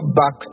back